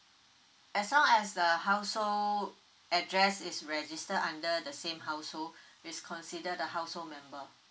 as long as the household address is registered under the same household is considered the household member